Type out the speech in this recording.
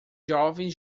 jovens